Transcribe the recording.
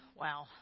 Wow